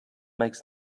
makes